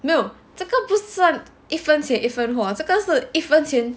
没有这个不算一分钱一分货这个是算一分钱